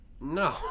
No